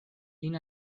lin